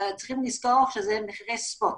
צריכים לזכור שזה מחירי ספוט